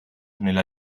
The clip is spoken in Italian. nella